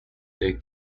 they